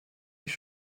mich